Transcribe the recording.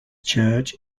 church